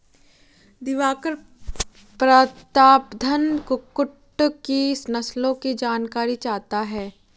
दिवाकर प्रतापधन कुक्कुट की नस्लों की जानकारी चाहता है